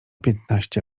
piętnaście